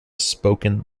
spoken